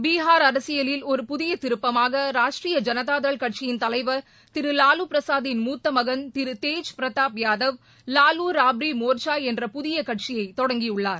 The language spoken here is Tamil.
பீகார் அரசியலில் ஒரு புதிய திருப்பமாக ராஷ்ட்ரீய ஜனதாதள் கட்சியின் தலைவர் திரு லாலுபிரசாத்தின் மூத்த மகன் திரு தேஜ் பிரதாப் யாதவ் லாலு ராப்ரி மோர்ச்சா என்ற புதிய கட்சியை தொடங்கியுள்ளார்